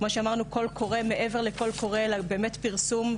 כמו שאמרנו, מעבר לקול קורא אלא באמת פרסום,